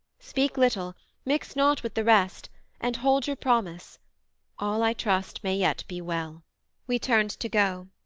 speak little mix not with the rest and hold your promise all, i trust, may yet be well we turned to go,